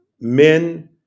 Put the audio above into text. men